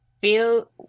feel